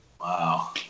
Wow